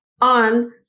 on